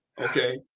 okay